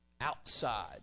outside